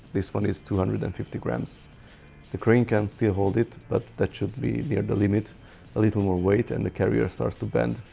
this one is two hundred and fifty grams the crane can still hold it but that should be near the limit a little more weight and the carrier starts to bend,